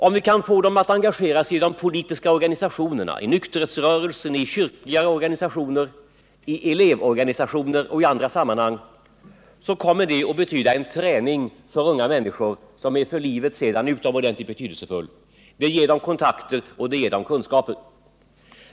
Om vi kan få dem att bli verksamma i de politiska organisationerna, i nykterhetsrörelsen, i kyrkliga organisationer, i elevorganisationer och i andra sammanhang, kommer det att betyda en träning för unga människor, som blir utomordentligt betydelsefull för deras verksamhet i framtiden. Det ger dem kontakter och kunskaper.